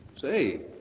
Say